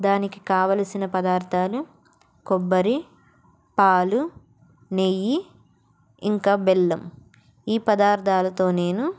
దానికి కావలసిన పదార్థాలు కొబ్బరి పాలు నెయ్యి ఇంకా బెల్లం ఈ పదార్థాలతో నేను